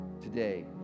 today